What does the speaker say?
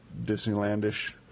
Disneylandish